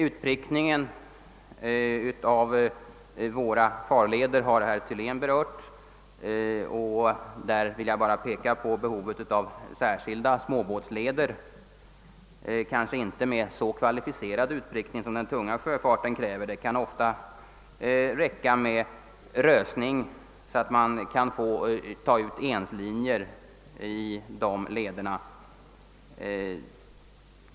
När det gäller utprickningen av farleder, vill jag peka på behovet av särskilda småbåtsleder — kanske inte med så kvalificerad utprickning som den tunga sjöfarten kräver; det kan ofta räcka med rösning så att man kan ta ut enslinjer i de lederna.